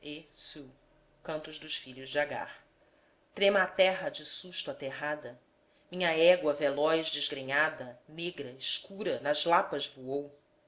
agar trema a terra de susto aterrada minha égua veloz desgrenhada negra escura nas lapas voou